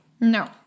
No